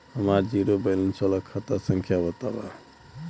हमार zero balance वाला खाता संख्या वतावा?